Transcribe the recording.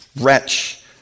Wretch